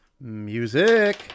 Music